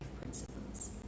principles